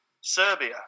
Serbia